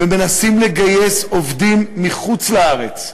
ומנסים לגייס עובדים מחוץ-לארץ,